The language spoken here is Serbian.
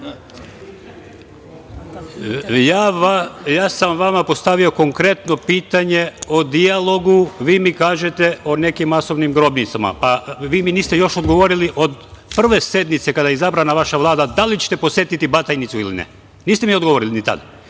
sam vam konkretno pitanje o dijalogu, vi mi kažete o nekim masovnim grobnicama. Vi mi niste još odgovorili od prve sednice kada je izabrana vaša Vlada da li ćete posetiti Batajnicu ili ne? Niste mi odgovorili ni